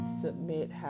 submit